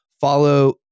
follow